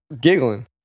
giggling